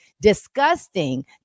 disgusting